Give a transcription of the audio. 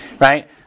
right